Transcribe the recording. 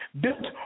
Built